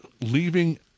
leaving